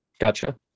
Gotcha